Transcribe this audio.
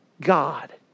God